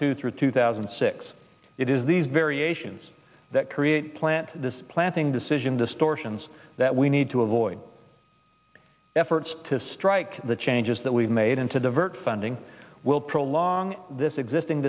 two through two thousand and six it is these variations that create plant planting decision distortions that we need to avoid efforts to strike the changes that we've made and to divert funding will prolong this existing